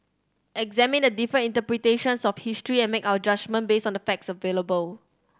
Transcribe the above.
examine the different interpretations of history and make our judgement based on the facts available